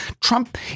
Trump